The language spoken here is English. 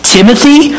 Timothy